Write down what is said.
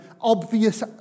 obvious